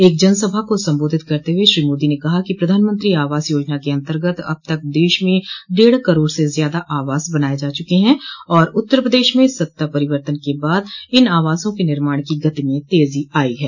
एक जनसभा को संबोधित करते हुए श्री मोदी ने कहा कि प्रधानमंत्री आवास योजना के अन्तर्गत अब तक देश में डेढ़ करोड़ से ज्यादा आवास बनाये जा चुके हैं और उत्तर प्रदेश में सत्ता परिवर्तन के बाद इन आवासों के निर्माण की गति में तेजी आई है